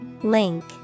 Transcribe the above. Link